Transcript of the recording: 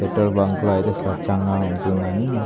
petrol బంక్లో అయితే స్వచ్ఛంగా ఉంటుంది అని